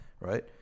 right